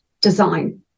design